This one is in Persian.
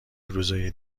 روزای